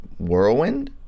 Whirlwind